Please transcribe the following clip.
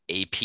AP